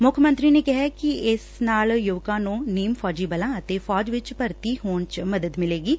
ਮੁੱਖ ਮੰਤਰੀ ਨੇ ਕਿਹੈ ਕਿ ਇਸ ਨਾਲ ਯੁਵਕਾਂ ਨੂੰ ਨੀਮ ਫੌਜੀ ਬਲਾਂ ਅਤੇ ਫੌਜ ਵਿਚ ਭਰਤੀ ਹੋਣ ਚ ਮਦਦ ਮਿਲੇਗੀ